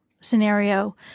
scenario